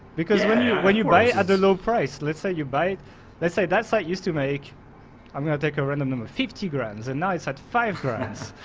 because when you when you buy at a low price let's say you buy let's say that's i used to make i'm going to take a random number fifty grands and now it's at five grands,